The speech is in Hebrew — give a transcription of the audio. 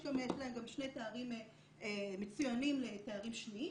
יש להם גם שני תארים מצוינים לתארים שניים,